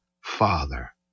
father